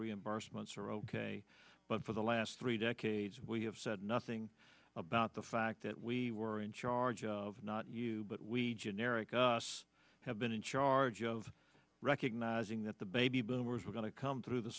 reimbursements are ok but for the last three decades we have said nothing about the fact that we were in charge of not you but we generically have been in charge of recognizing that the baby boomers were going to come through the